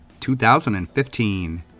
2015